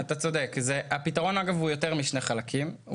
אתה צודק, הפתרון הוא יותר משני חלקים.